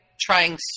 trying